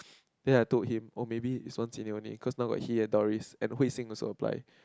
then I told him or maybe his one senior only cause now he and Doris and Hui Xin also apply